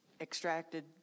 extracted